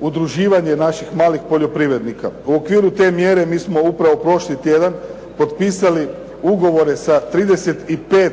udruživanje naših malih poljoprivrednika. U okviru te mjere mi smo upravo prošli tjedan potpisali ugovore sa 35